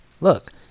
Look